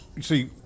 see